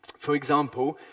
for example,